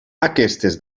aquestes